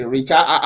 Richard